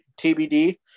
TBD